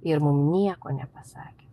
ir mum nieko nepasakė